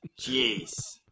Jeez